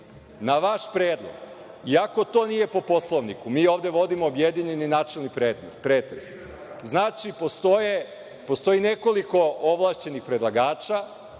na vaš predlog, iako to nije po Poslovniku, mi ovde vodimo objedinjeni načelni pretres. Znači, postoji nekoliko ovlašćenih predlagača,